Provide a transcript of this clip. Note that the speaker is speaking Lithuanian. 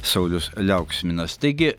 saulius liauksminas taigi